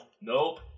Nope